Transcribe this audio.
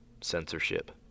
censorship